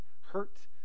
hurt